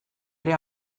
ere